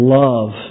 love